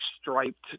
striped